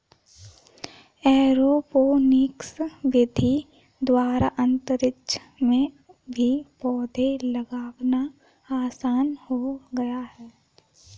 aeroponics विधि द्वारा अंतरिक्ष में भी पौधे लगाना आसान हो गया है